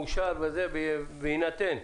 במשרתי המילואים.